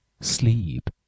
sleep